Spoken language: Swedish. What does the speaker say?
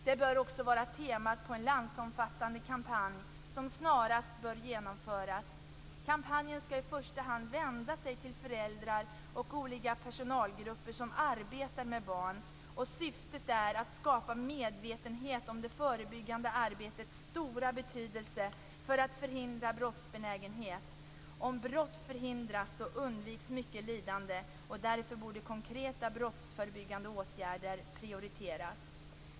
Det bör vara temat på en landsomfattande kampanj, som snarast bör genomföras. Kampanjen skall i första hand vända sig till föräldrar och olika personalgrupper som arbetar med barn. Syftet är att skapa medvetenhet om det förebyggande arbetets stora betydelse för att förhindra brottsbenägenhet. Om brott förhindras undviks mycket lidande. Därför borde konkreta brottsförebyggande åtgärder prioriteras.